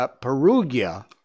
Perugia